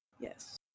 Yes